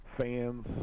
fans